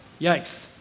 yikes